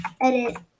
edit